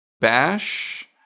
Bash